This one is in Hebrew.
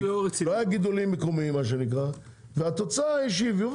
לא היו גידוליים מקומיים מה שנקרא והתוצאה היא שהביאו,